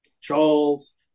Charles